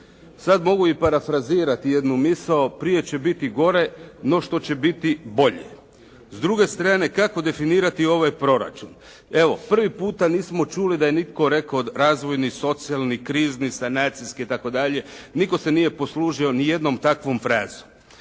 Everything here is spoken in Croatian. Sad mogu i parafrazirati jednu misao "Prije će biti gore no što će biti bolje". S druge strane, kako definirati ovaj proračun. Evo, prvi puta nismo čuli da je netko rekao razvojni, socijalni, krizni, sanacijski itd., nitko se nije poslužio nijednom takvom frazom.